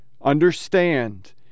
Understand